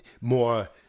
more